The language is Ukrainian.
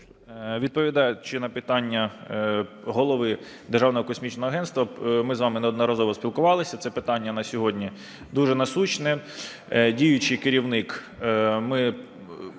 Відповідаючи на питання Голови Державного космічного агентства, ми з вами неодноразово спілкувалися, це питання на сьогодні дуже насущне. Діючий керівник